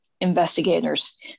investigators